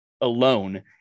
alone